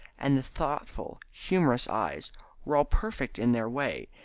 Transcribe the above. and the thoughtful, humorous eyes were all perfect in their way,